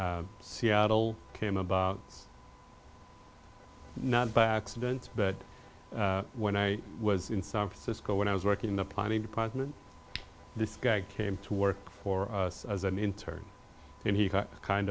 seattle came about not by accident but when i was in san francisco when i was working in the planning department this guy came to work for us as an intern and he kind